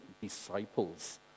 disciples